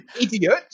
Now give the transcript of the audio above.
idiot